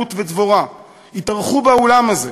רות ודבורה יתארחו באולם הזה,